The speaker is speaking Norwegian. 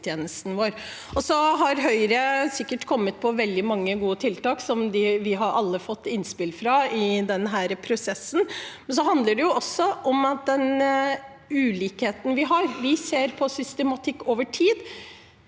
vår. Høyre har sikkert kommet på veldig mange gode tiltak som vi alle har fått innspill fra i denne prosessen, men det handler også om den ulikheten vi har. Vi ser på systematikk over tid.